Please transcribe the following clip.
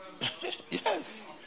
Yes